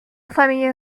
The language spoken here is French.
famille